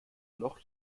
noch